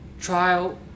Trial